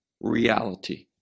reality